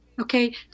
okay